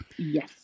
Yes